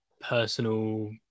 personal